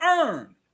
earn